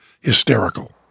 hysterical